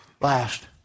Last